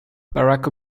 barack